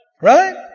Right